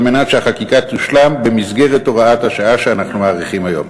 על מנת שהחקיקה תושלם במסגרת הוראת השעה שאנו מאריכים היום.